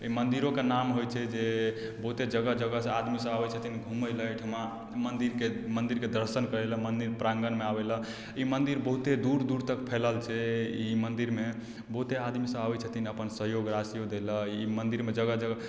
अइ मन्दिरोके नाम होइ छै जे बहुते जगह जगह सँ आदमी सब आबय छथिन घुमय लए अइठमा मन्दिरके मन्दिरके दर्शन करय लए मन्दिर प्राङ्गणमे अबय लए ई मन्दिर बहुते दूर दूर तक फैलल छै ई मन्दिरमे बहुते आदमी सब आबय छथिन अपन सहयोग राशियो दै लै ई मन्दिरमे जगह जगह